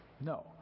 No